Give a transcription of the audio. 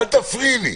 אל תפריעי לי.